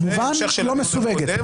כמובן לא מסווגת.